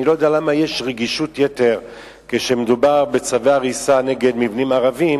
אני לא יודע למה יש רגישות יתר כשמדובר בצווי הריסה נגד מבנים ערביים,